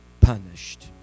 punished